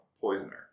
Poisoner